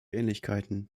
ähnlichkeiten